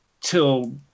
till